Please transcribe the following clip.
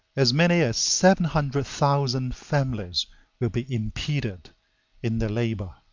as many as seven hundred thousand families will be impeded in their labor.